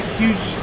huge